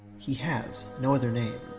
he has no other name.